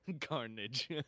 carnage